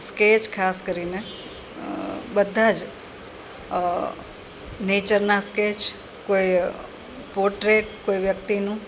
sketch ખાસ કરીને બધા જ નેચરના સ્કેચ કોઈ પોટ્રેટ કોઈ વ્યક્તિનું